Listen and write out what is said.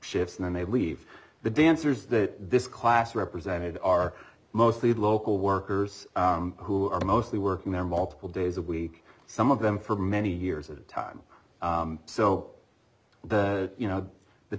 shifts and then they leave the dancers that this class represented are mostly local workers who are mostly working there multiple days a week some of them for many years at a time so the you know the